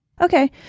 Okay